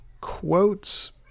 quotes